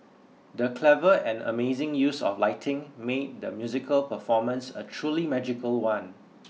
the clever and amazing use of lighting made the musical performance a truly magical one